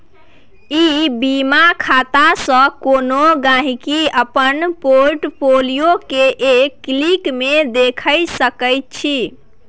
ई बीमा खातासँ कोनो गांहिकी अपन पोर्ट फोलियो केँ एक क्लिक मे देखि सकै छै